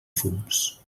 fums